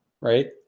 right